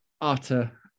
utter